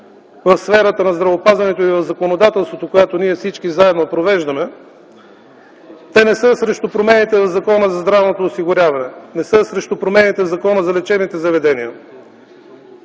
в сферата на здравеопазването и заради законодателството, което всички ние заедно провеждаме, те не са срещу промените в Закона за здравното осигуряване, срещу промените в Закона за лечебните заведения.